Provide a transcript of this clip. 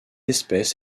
espèce